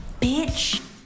bitch